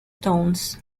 tones